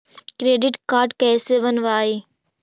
Credit card कैसे बनवाई?